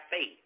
faith